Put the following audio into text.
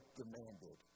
demanded